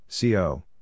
CO